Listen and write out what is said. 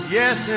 yes